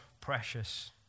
precious